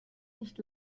nicht